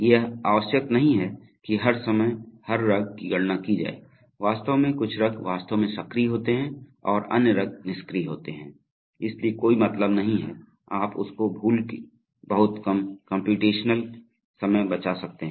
यह आवश्यक नहीं है कि हर समय हर रग की गणना की जाए वास्तव में कुछ रँग वास्तव में सक्रिय होते हैं और अन्य रँग निष्क्रिय होते हैं इसलिए कोई मतलब नहीं है आप उसको भूल के बहुत कम कम्प्यूटेशनल समय बचा सकते हैं